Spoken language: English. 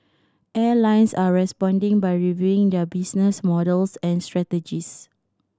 airlines are responding by reviewing their business models and strategies